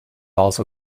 also